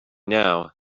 now